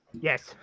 Yes